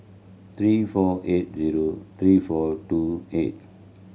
three four eight zero three four two eight